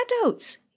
adults